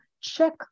check